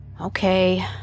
Okay